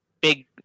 big